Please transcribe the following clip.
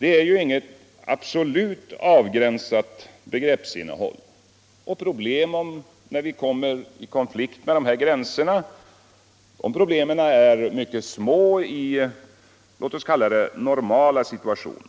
har inget absolut avgränsat begreppsinnehåll. Problemen när vi kommer i konflikt med de här gränserna är mycket små i låt oss kalla det normala, situationer.